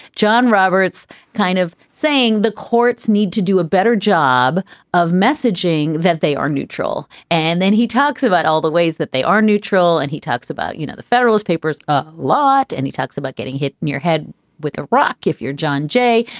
john roberts kind of saying the courts need to do a better job of messaging, that they are neutral. and then he talks about all the ways that they are neutral and he talks about, you know, the federalist papers a lot and he talks about getting hit in your head with a rock. if you're john j.